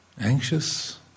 Anxious